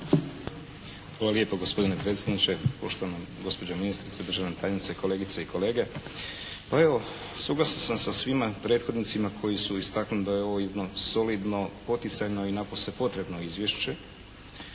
Hvala lijepo gospodine predsjedniče, poštovana gospođo ministrice, državna tajnice, kolegice i kolege. Pa evo, suglasan sam sa svima prethodnicima koji su istaknuli da je ovo jedno solidno, poticajno i napose potrebno izvješće,